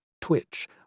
twitch